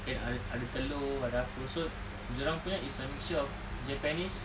and ada telur ada apa so dia orang punya is a mixture of japanese